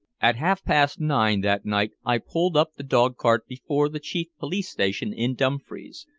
at half-past nine that night i pulled up the dog-cart before the chief police-station in dumfries,